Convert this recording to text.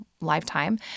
lifetime